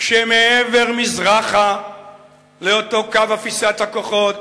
כשמעבר, מזרחה לאותו קו אפיסת הכוחות,